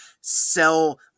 sell